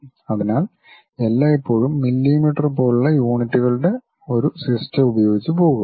അതിനാൽ എല്ലായ്പ്പോഴും മില്ലീമീറ്റർ പോലുള്ള യൂണിറ്റുകളുടെ ഒരു സിസ്റ്റം ഉപയോഗിച്ച് പോകുക